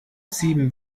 sieben